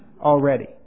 already